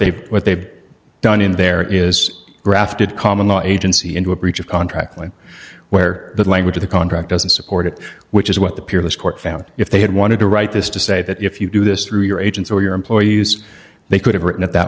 they've what they've done in there is grafted common law agency into a breach of contract one where the language of the contract doesn't support it which is what the peerless court found if they had wanted to write this to say that if you do this through your agents or your employer use they could have written it that